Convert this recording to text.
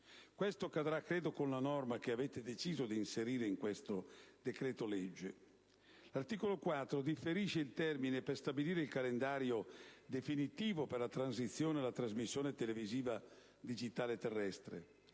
Questo accadrà con la norma che avete deciso di inserire in questo decreto-legge. L'articolo 4 differisce il termine per stabilire il calendario definitivo per la transizione alla trasmissione televisiva digitale terrestre.